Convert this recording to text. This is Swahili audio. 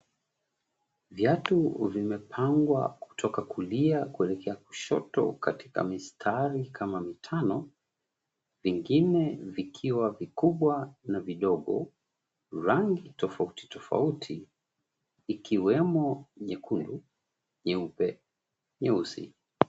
Viatu vimepangwa kutoka kulia kuelekea kushoto, katika mistari kama mitano, vingine vikiwa vikubwa na vidogo. Rangi tofauti tofauti, ikiwemo nyekundu, nyeupe, nyeusi.